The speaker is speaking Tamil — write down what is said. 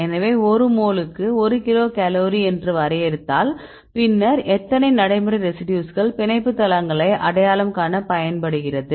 எனவே ஒரு மோலுக்கு 1 கிலோ கலோரி என்று வரையறுத்தால் பின்னர் எத்தனை நடைமுறை ரெசிடியூஸ்கள் பிணைப்பு தளங்களை அடையாளம் காண பயன்படுகிறது